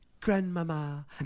Grandmama